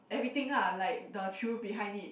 everything lah like the truth behind it